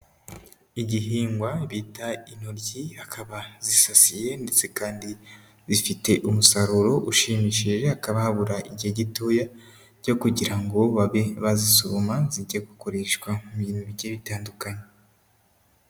Igihingwa bita intoryi akaba zisasiye ndetse kandi bifite umusaruro ushimishije, hakaba habura igihe gitoya cyo kugira ngo babe bazisoroma zige gukoreshwa mu bintu bigiye bitandukanye.